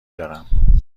دارم